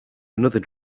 another